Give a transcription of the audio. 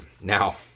Now